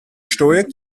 steuert